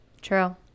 true